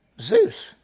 Zeus